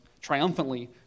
triumphantly